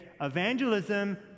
Evangelism